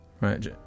Right